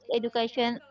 education